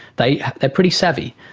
they are pretty savvy.